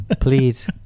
please